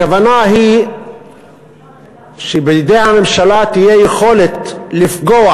הכוונה היא שבידי הממשלה תהיה יכולת לפגוע